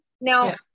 Now